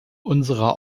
unserer